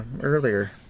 earlier